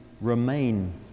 remain